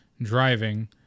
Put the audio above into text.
driving